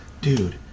dude